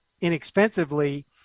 inexpensively